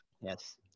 Yes